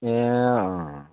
ए अँ अँ अँ